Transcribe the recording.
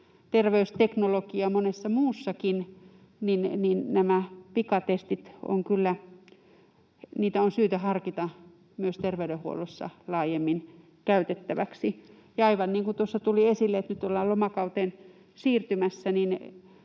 terveysteknologiaa monessa muussakin, niin näitä pikatestejä on kyllä syytä harkita myös terveydenhuollossa laajemmin käytettäväksi. Ja aivan niin kuin tuossa tuli esille, nyt kun ollaan lomakauteen siirtymässä,